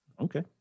Okay